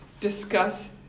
discuss